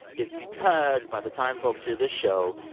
is because by the time folks hear this show,